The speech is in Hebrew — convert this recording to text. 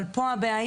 אבל פה הבעיה.